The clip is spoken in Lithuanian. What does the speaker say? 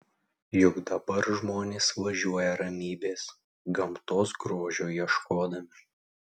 juk dabar žmonės važiuoja ramybės gamtos grožio ieškodami